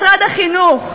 משרד החינוך,